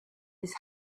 his